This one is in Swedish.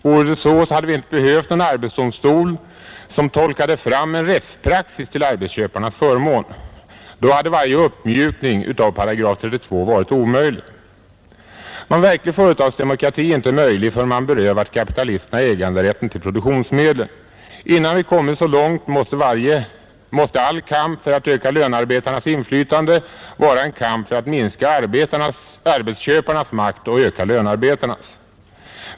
Vore det så hade vi inte behövt någon arbetsdomstol som tolkade fram en rättspraxis till arbetsköparnas förmån. Då hade varje uppmjukning av § 32 varit omöjlig. Någon verklig företagsdemokrati är inte möjlig förrän man har berövat kapitalisterna äganderätten till produktionsmedlen. Innan vi kommit så långt måste all kamp för att öka lönarbetarnas inflytande vara en kamp för att minska arbetsköparnas makt och öka lönarbetarnas.